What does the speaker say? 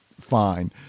fine